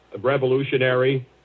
revolutionary